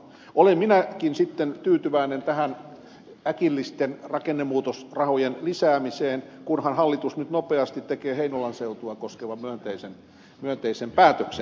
olen minäkin sitten tyytyväinen tähän äkillisen rakennemuutoksen rahojen lisäämiseen kunhan hallitus nyt nopeasti tekee heinolan seutua koskevan myönteisen päätöksen